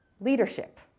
leadership